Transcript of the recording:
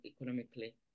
economically